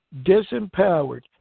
disempowered